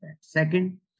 Second